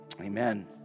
Amen